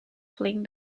fleeing